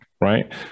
Right